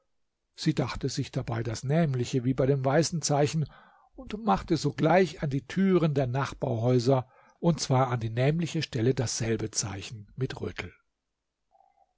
sie dachte sich dabei das nämliche wie bei dem weißen zeichen und machte sogleich an die türen der nachbarhäuser und zwar an die nämliche stelle dasselbe zeichen mit rötel